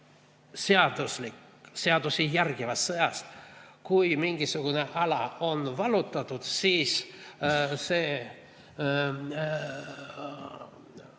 nii-öelda seadusi järgivast sõjast, kui mingisugune ala on vallutatud, siis see